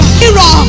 hero